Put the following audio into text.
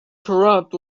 corrupt